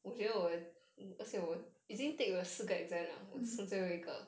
mm